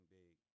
big